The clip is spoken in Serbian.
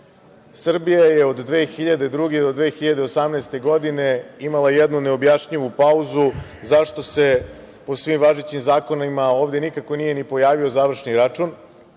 račun. Srbija je od 2002. do 2018. godine imala jednu neobjašnjivu pauzu zašto se po svim važećim zakonima ovde nikako nije ni pojavio završni račun,